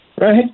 Right